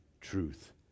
truth